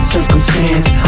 Circumstance